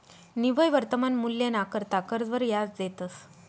निव्वय वर्तमान मूल्यना करता कर्जवर याज देतंस